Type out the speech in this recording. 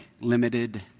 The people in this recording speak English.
limited